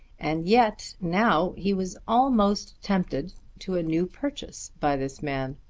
and yet now he was almost tempted to a new purchase by this man.